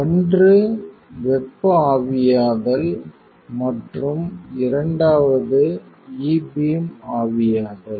ஒன்று வெப்ப ஆவியாதல் மற்றும் இரண்டாவது E பீம் ஆவியாதல்